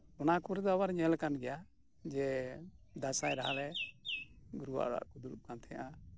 ᱚᱱᱟᱠᱚ ᱨᱮᱫᱚ ᱟᱵᱟᱨ ᱧᱮᱞ ᱟᱠᱟᱱᱜᱮᱭᱟ ᱡᱮ ᱫᱟᱸᱭᱟᱭ ᱞᱟᱦᱟ ᱨᱮ ᱜᱩᱨᱩᱣᱟᱜ ᱚᱲᱟᱜ ᱨᱮᱠᱚ ᱫᱩᱲᱩᱵ ᱠᱟᱱᱛᱟᱦᱮᱸᱱᱟ